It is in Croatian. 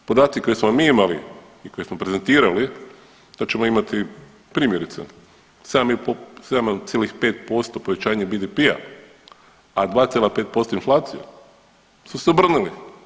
Podaci koje smo mi imali i koje smo prezentirali, da ćemo imati, primjerice, 7,5% povećanje BDP-a, a 2,5% inflaciju, su se obrnuli.